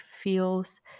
feels